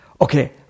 okay